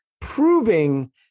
proving